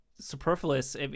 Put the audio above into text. superfluous